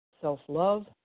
self-love